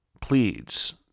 pleads